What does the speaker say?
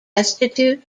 destitute